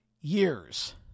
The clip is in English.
years